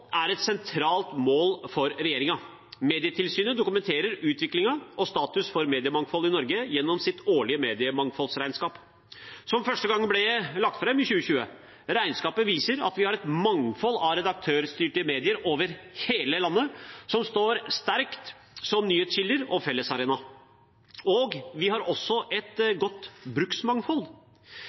er et sentralt mål for regjeringen. Medietilsynet dokumenterer utvikling og status for mediemangfoldet i Norge gjennom sitt årlige mediemangfoldsregnskap, som første gang ble lagt fram i 2020. Regnskapet viser at vi har et mangfold av redaktørstyrte medier over hele landet, som står sterkt som nyhetskilder og fellesarena. Vi har også et godt bruksmangfold.